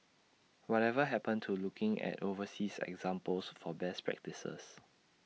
whatever happened to looking at overseas examples for best practices